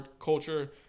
culture